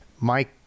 Mike